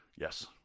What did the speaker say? Yes